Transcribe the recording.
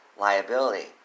liability